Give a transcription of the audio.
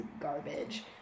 garbage